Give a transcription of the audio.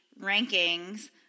rankings